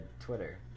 Twitter